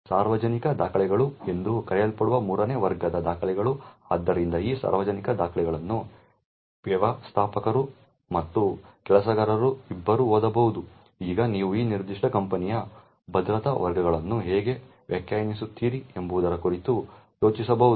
ಸಾರ್ವಜನಿಕ ದಾಖಲೆಗಳು ಎಂದು ಕರೆಯಲ್ಪಡುವ ಮೂರನೇ ವರ್ಗದ ದಾಖಲೆಗಳು ಆದ್ದರಿಂದ ಈ ಸಾರ್ವಜನಿಕ ದಾಖಲೆಗಳನ್ನು ವ್ಯವಸ್ಥಾಪಕರು ಮತ್ತು ಕೆಲಸಗಾರರು ಇಬ್ಬರೂ ಓದಬಹುದು ಈಗ ನೀವು ಈ ನಿರ್ದಿಷ್ಟ ಕಂಪನಿಗೆ ಭದ್ರತಾ ವರ್ಗಗಳನ್ನು ಹೇಗೆ ವ್ಯಾಖ್ಯಾನಿಸುತ್ತೀರಿ ಎಂಬುದರ ಕುರಿತು ಯೋಚಿಸಬೇಕು